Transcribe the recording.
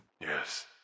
Yes